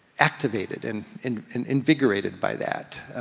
activated and and and invigorated by that.